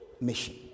mission